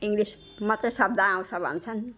English मात्रै शब्द आउँछ भन्छन्